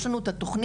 יש לנו את התוכנית,